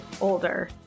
older